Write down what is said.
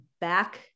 back